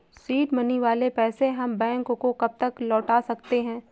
Seed money वाले पैसे हम बैंक को कब तक लौटा सकते हैं?